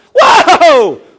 whoa